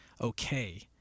okay